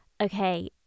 okay